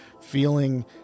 feeling